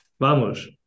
vamos